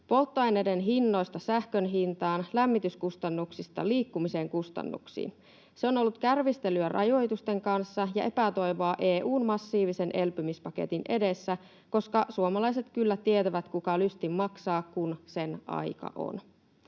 polttoaineiden hinnoista sähkön hintaan, lämmityskustannuksista liikkumisen kustannuksiin. Se on ollut kärvistelyä rajoitusten kanssa ja epätoivoa EU:n massiivisen elpymispaketin edessä, koska suomalaiset kyllä tietävät, kuka lystin maksaa, kun sen aika on.